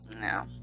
No